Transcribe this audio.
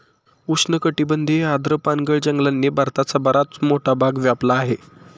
उष्णकटिबंधीय आर्द्र पानगळ जंगलांनी भारताचा बराच मोठा भाग व्यापला आहे